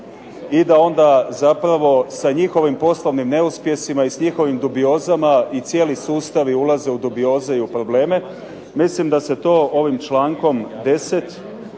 i da onda zapravo s njihovim poslovnim neuspjesima i s njihovim dubiozama i cijeli sustavi ulaze u dubioze i u probleme. Mislim da se to ovim člankom 10.